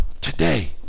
Today